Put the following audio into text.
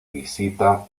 visita